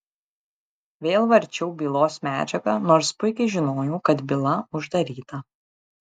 vėl varčiau bylos medžiagą nors puikiai žinojau kad byla uždaryta